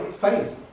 faith